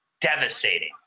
devastating